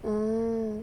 orh